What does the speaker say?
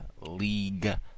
League